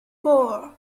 four